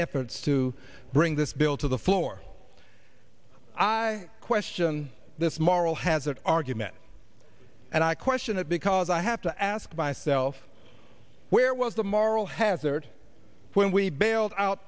efforts to bring this bill to the floor i question this moral hazard argument and i question it because i have to ask myself where was the moral hazard when we bailed out